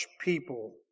people